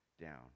down